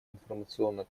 информационно